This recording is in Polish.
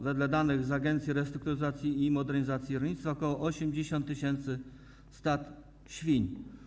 Wedle danych z Agencji Restrukturyzacji i Modernizacji Rolnictwa pozostało ok. 80 tys. stad świń.